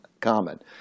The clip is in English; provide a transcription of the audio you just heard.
common